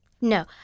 No